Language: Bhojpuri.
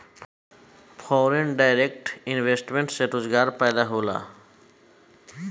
फॉरेन डायरेक्ट इन्वेस्टमेंट से रोजगार पैदा होला